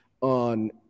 on